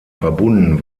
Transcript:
verbunden